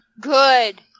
good